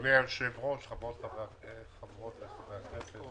אדוני היושב-ראש, חברות וחברי הכנסת,